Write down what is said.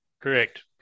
Correct